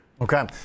Okay